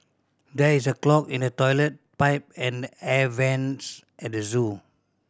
there is a clog in the toilet pipe and the air vents at the zoo